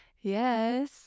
Yes